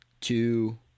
two